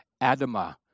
Adama